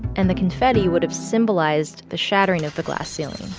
and the confetti would have symbolized the shattering of the glass ceiling.